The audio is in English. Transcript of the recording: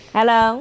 Hello